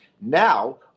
Now